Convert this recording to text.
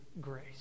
grace